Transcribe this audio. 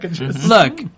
look